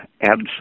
adds